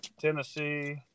Tennessee